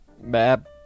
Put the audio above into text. Map